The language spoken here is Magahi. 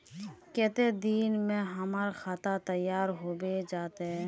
केते दिन में हमर खाता तैयार होबे जते?